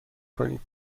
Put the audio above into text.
کنیم